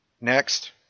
Next